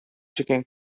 chicken